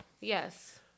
Yes